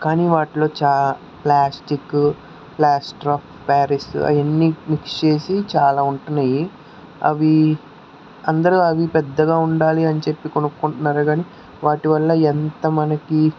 కాని వాటిలో చా ప్లాస్టిక్ ప్లాస్టర్ ఆఫ్ పారిస్ అవన్ని మిక్స్ చేసి చాలా ఉంటున్నాయి అవి అందరు అవిపెద్దగా ఉండాలి అని చెప్పి కొనుకుంటున్నారు కాని వాటివల్ల ఎంత మనకి